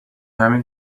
همین